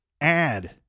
add